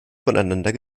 voneinander